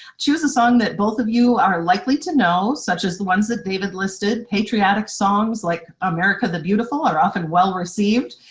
choose a song that both of you are likely to know such as the ones that david listed. patriotic songs like america the beautiful are often well received.